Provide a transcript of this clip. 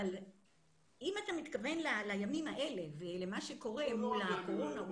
אבל אם אתה מתכוון לימים אלה ולמה שקורה, אני